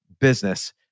Business